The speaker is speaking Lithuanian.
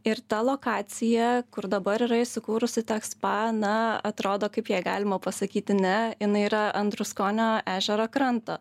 ir ta lokacija kur dabar yra įsikūrusi tech spa na atrodo kaip jai galima pasakyti ne jinai yra ant druskonio ežero kranto